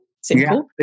simple